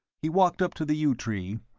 he walked up to the yew tree,